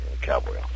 cowboy